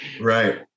Right